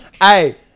Hey